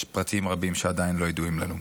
יש פרטים רבים שעדיין לא ידועים לנו.